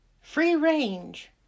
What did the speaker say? free-range